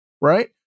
right